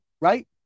right